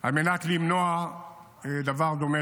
על מנת למנוע דבר דומה,